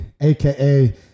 aka